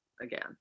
again